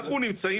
אנחנו נמצאים